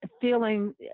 feeling